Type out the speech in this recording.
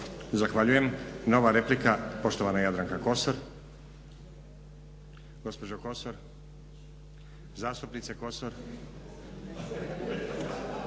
Zahvaljujem. Nova replika, poštovana Jadranka Kosor. Gospođo Kosor, zastupnice Kosor,